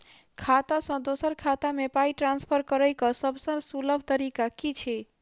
खाता सँ दोसर खाता मे पाई ट्रान्सफर करैक सभसँ सुलभ तरीका की छी?